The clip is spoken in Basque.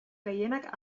gehienak